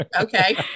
Okay